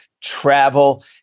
travel